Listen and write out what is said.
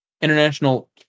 international